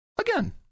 again